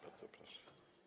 Bardzo proszę.